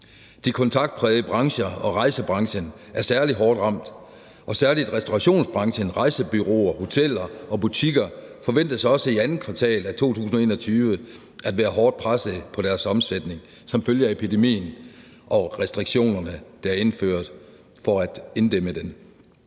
De kontaktprægede brancher og rejsebranchen er særlig hårdt ramt, og særlig restaurationsbranchen, rejsebureauer, hoteller og butikker forventes også i andet kvartal af 2021 at være hårdt presset på deres omsætning som følge af epidemien og restriktionerne, der er indført for at inddæmme den.